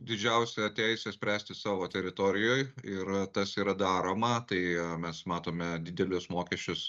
didžiausią teisę spręsti savo teritorijoj ir tas yra daroma tai mes matome didelius mokesčius